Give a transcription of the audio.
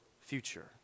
future